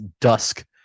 dusk